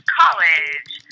college